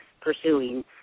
pursuing